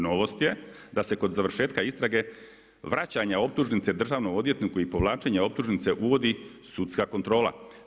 Novost je da se kod završetak isprave, vraćanje optužnice državnom odvjetniku i povlačenje optužnice uvodi sudska kontrola.